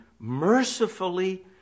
mercifully